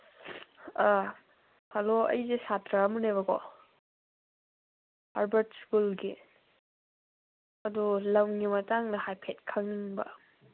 ꯑꯥ hello ꯑꯩꯁꯦ ꯁꯥꯇ꯭ꯔ ꯑꯃꯅꯦꯕꯀꯣ ꯍꯔꯕꯥꯔꯠ ꯁ꯭ꯀꯨꯜꯒꯤ ꯑꯗꯨ ꯂꯝꯒꯤ ꯃꯇꯥꯡꯗ ꯍꯥꯏꯐꯦꯠ ꯈꯪꯅꯤꯡꯕ